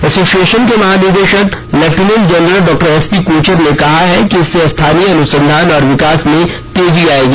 association के महानिदेशक lieutenant general डॉ एस पी कोचर ने कहा है कि इससे स्थानीय अनुसंधान और विकास में तेजी आएगी